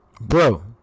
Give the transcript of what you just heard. Bro